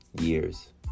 years